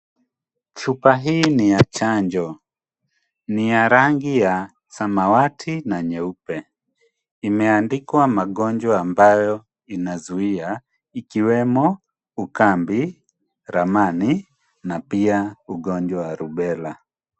Chupa hii ni ya chanjo, ni ya rangi ya samawati na nyeupe. Imeandikwa magonjwa ambayo inazuia ikiwemo ukambi, ramani na pia ugonjwa wa rubela.